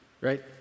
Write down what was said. right